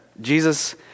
Jesus